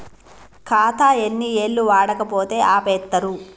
ఖాతా ఎన్ని ఏళ్లు వాడకపోతే ఆపేత్తరు?